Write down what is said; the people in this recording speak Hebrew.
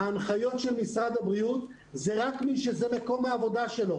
ההנחיות של משרד הבריאות הן רק עבור מי שזה מקום העבודה שלו